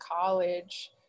college